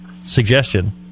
suggestion